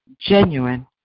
genuine